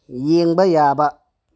ꯌꯦꯡꯕ ꯌꯥꯕ